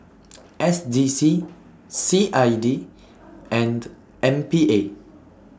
S D C C I D and M P A